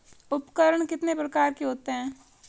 उपकरण कितने प्रकार के होते हैं?